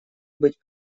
быть